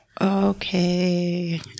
Okay